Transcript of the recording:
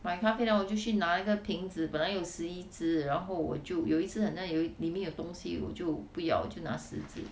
买咖啡然后我就去拿一个瓶子本来有十一支然后我就有一支很像里面有东西我就不要我就拿十支